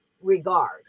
regard